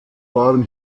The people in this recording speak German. waren